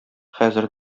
хәзер